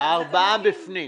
הארבעה בפנים.